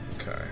Okay